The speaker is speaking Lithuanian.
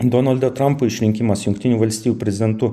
donaldo trampo išrinkimas jungtinių valstijų prezentu